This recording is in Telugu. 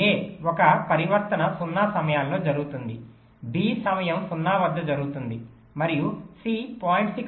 A ఒక పరివర్తన 0 సమయాల్లో జరుగుతుంది b సమయం 0 వద్ద జరుగుతుంది మరియు సి 0